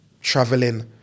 traveling